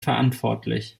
verantwortlich